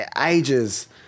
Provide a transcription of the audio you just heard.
ages